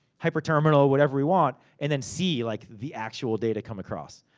hyperterminal, whatever we want. and then see like the actual data come across.